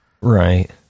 Right